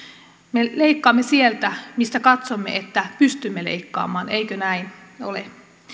me leikkaamme sieltä mistä katsomme että pystymme leikkaamaan eikö näin ole